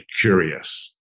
curious